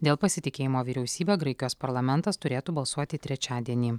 dėl pasitikėjimo vyriausybe graikijos parlamentas turėtų balsuoti trečiadienį